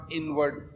inward